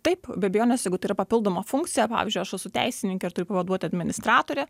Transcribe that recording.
taip be abejonės jeigu tai yra papildoma funkcija pavyzdžiui aš esu teisininkė ir turiu pavaduoti administratorę